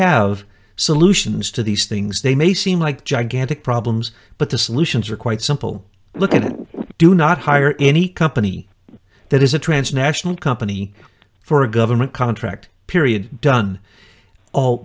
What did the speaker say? have solutions to these things they may seem like gigantic problems but the solutions are quite simple look and do not hire any company that is a transnational company for a government contract period done all